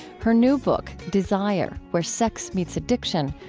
her new book, desire where sex meets addiction,